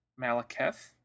Malaketh